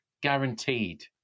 guaranteed